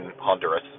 Honduras